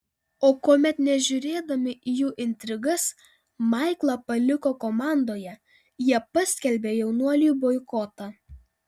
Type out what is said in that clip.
o kuomet nežiūrėdami į jų intrigas maiklą paliko komandoje jie paskelbė jaunuoliui boikotą